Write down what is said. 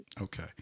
Okay